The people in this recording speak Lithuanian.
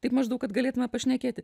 taip maždaug kad galėtume pašnekėti